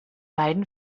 beiden